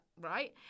right